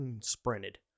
sprinted